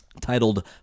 Titled